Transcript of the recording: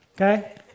okay